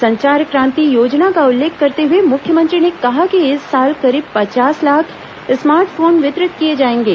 संचार क्रांति योजना का उल्लेख करते हुए मुख्यमंत्री ने कहा कि इस साल करीब पचास लाख स्मार्ट फोन वितरित किए जाएंगे